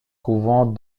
couvent